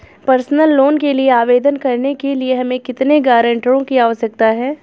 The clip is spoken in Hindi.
पर्सनल लोंन के लिए आवेदन करने के लिए हमें कितने गारंटरों की आवश्यकता है?